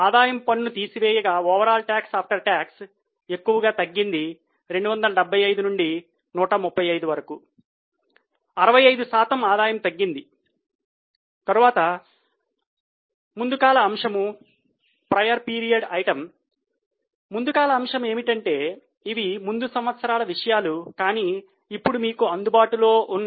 ఆదాయం 64 తగ్గడం ఆ కాలంలో చూపబడింది